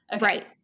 Right